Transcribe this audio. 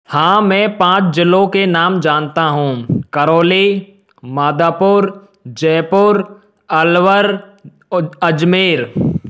हाँ मैं पाँच ज़िलों के नाम जानता हूँ करौली मादापुर जयपुर अलवर ओ अजमेर